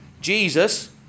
Jesus